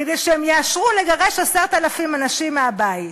כדי שהם יאשרו לגרש 10,000 אנשים מהבית.